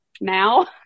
now